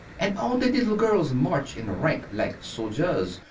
and all the little girls march in rank like soldiers,